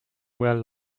where